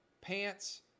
pants